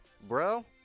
Bro